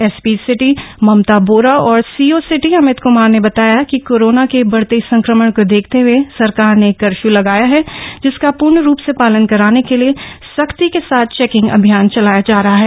SP city Mamta Bora और CO city Amit Kumar ने बताया कि कोरोना के बढ़ते संक्रमण को देखते हुए सरकार ने कर्फ्यू लगाया है जिसका पूर्ण रूप से पालन कराने के लिए सख्ती के साथ चेकिंग अभियान चलाया जा रहा है